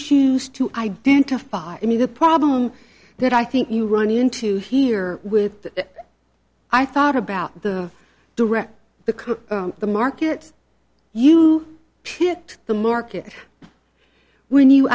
choose to identify any the problem that i think you run into here with i thought about the direct because the market you hit the market when you